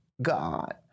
God